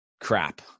crap